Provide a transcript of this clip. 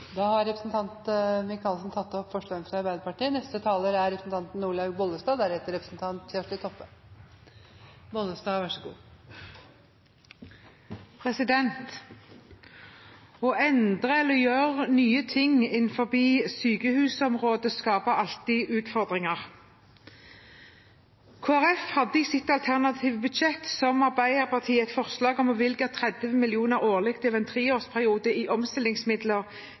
tatt opp de forslagene han refererte til. Å endre eller å gjøre nye ting innenfor området sykehus skaper alltid utfordringer. Kristelig Folkeparti hadde i sitt alternative budsjett – som Arbeiderpartiet – et forslag om å bevilge 30 mill. kr årlig over en treårsperiode i omstillingsmidler